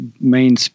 main